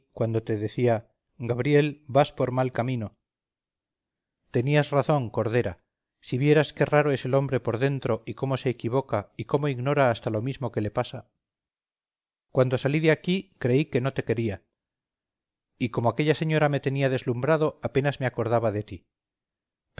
cuando te decía gabriel vas por mal camino tenías razón cordera si vieras qué raro es el hombre por dentro y cómo se equivoca y cómo ignora hasta lo mismo que le pasa cuando salí de aquí creí que no te quería y como aquella señora me tenía deslumbrado apenas me acordaba de ti